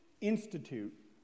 institute